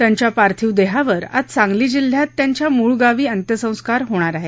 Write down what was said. त्यांच्या पार्थिव देहावर आज सांगली जिल्ह्यात त्यांच्या मूळ गावी अंत्यसंस्कार होणार आहेत